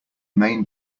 main